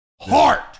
Heart